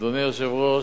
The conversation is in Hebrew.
אדוני היושב-ראש,